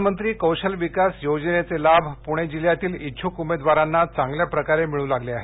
प्रधानमंत्री कौशल विकास योजनेचे लाभ पुणे जिल्ह्यातील इच्छुक उमेदवारांना चांगल्या प्रकारे मिळू लागले आहेत